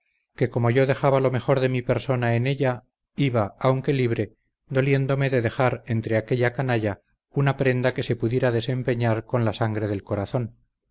que como yo dejaba lo mejor de mi persona en ella iba aunque libre doliéndome de dejar entre aquella canalla una prenda que se pudiera desempeñar con la sangre del corazón